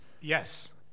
Yes